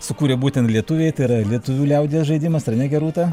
sukūrė būtent lietuviai tai yra lietuvių liaudies žaidimas ar ne gerūta